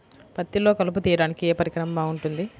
పత్తిలో కలుపు తీయడానికి ఏ పరికరం బాగుంటుంది?